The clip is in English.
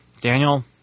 Daniel